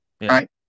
right